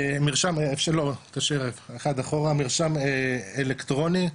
שקף הבא, מרשם אלקטרוני,